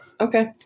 Okay